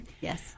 Yes